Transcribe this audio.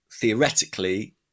theoretically